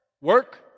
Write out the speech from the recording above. Work